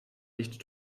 nicht